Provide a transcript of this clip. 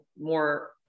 more